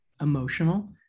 emotional